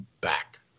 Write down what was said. back